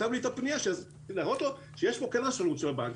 אני רוצה להראות לו שכן יש כאן רשלנות של בנק.